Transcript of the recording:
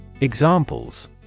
Examples